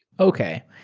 okay.